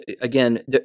again